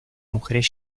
mujeres